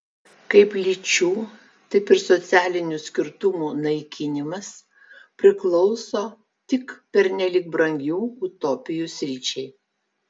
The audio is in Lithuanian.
kaip lyčių taip ir socialinių skirtumų naikinimas priklauso tik pernelyg brangių utopijų sričiai